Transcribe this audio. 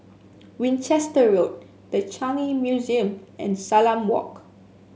Winchester Road The Changi Museum and Salam Walk